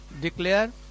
declare